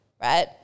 right